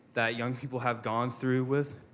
that young people have gone through with.